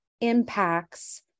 impacts